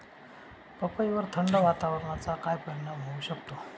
पपईवर थंड वातावरणाचा काय परिणाम होऊ शकतो?